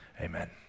Amen